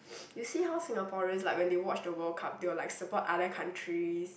you see how Singaporeans like when they watch the World-Cup they will like support other countries